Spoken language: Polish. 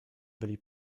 byli